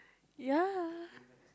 ya